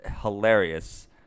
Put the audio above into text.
hilarious